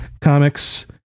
comics